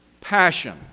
passion